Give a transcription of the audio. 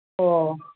ꯑꯣ